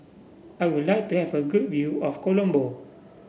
I would like to have a good view of Colombo